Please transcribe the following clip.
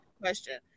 question